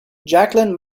jacqueline